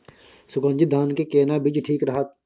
सुगन्धित धान के केना बीज ठीक रहत?